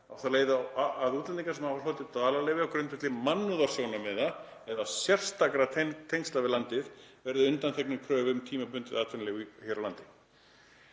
á þá leið að útlendingar sem hafa hlotið dvalarleyfi á grundvelli mannúðarsjónarmiða eða sérstakra tengsla við landið verði undanþegnir kröfu um tímabundið atvinnuleyfi hér á landi.